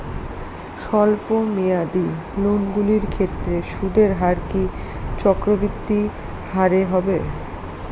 স্বল্প মেয়াদী লোনগুলির ক্ষেত্রে সুদের হার কি চক্রবৃদ্ধি হারে হবে?